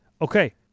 Okay